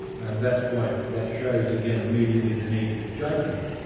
and that's why that shows again immediately the need for judgment,